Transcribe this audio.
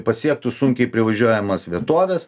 pasiektų sunkiai privažiuojamas vietoves